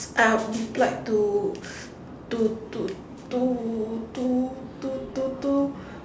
uh deployed to to to to to to to to